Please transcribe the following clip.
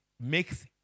Makes